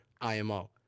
IMO